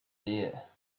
there